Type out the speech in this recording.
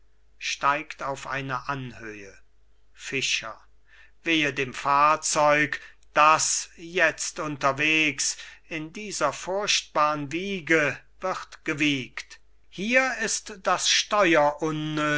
anhöhe fischer wehe dem fahrzeug das jetzt unterwegs in dieser furchtbarn wiege wird gewiegt hier ist das